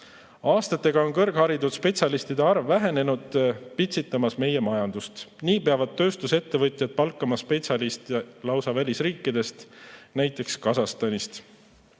Aastatega on kõrgharitud spetsialistide arv vähenenud [ning see on] pitsitamas meie majandust. Nii peavad tööstusettevõtjad palkama spetsialiste lausa välisriikidest, näiteks Kasahstanist.